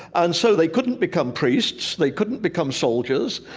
and so they couldn't become priests. they couldn't become soldiers.